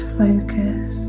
focus